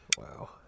Wow